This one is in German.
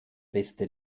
beste